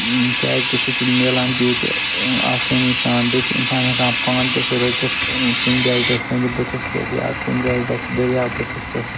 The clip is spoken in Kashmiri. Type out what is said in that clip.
کیٛازِ کہِ سُہ چھُ مِلان تہِ ییٚتہِ آسٲنی سان بیٚیہِ چھُ اِنسان ہٮ۪کان پانہٕ تہِ سُہ رٔٹِتھ کُنہِ جاے گژھِ ہے نہٕ بٔٹھِس یا کُنہِ جاے گژھِ دٔریاو بٔٹھِس پٮ۪ٹھ